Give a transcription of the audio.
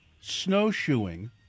Snowshoeing